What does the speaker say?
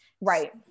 right